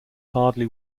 hardly